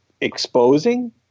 exposing